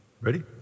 Ready